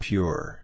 Pure